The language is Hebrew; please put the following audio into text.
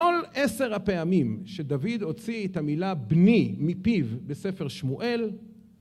כל עשר הפעמים שדוד הוציא את המילה בני מפיו בספר שמואל